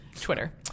Twitter